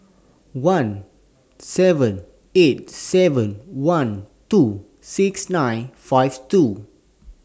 one seven eight seven one two six nine five two